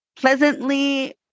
pleasantly